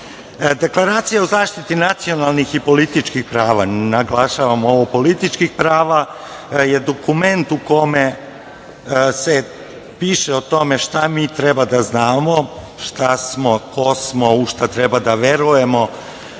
izdvojene. Deklaracija o zaštiti nacionalnih i političkih prava, naglašavam ovo -političkih prava, je dokument u kome se piše o tome šta mi treba da znamo, šta smo, ko smo, u šta treba da verujemo,